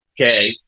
okay